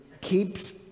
keeps